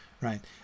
right